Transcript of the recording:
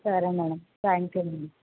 సరే madam thank you